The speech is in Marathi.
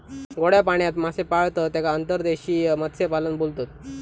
गोड्या पाण्यात मासे पाळतत तेका अंतर्देशीय मत्स्यपालन बोलतत